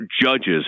judges